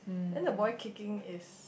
then the boy kicking is